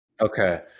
okay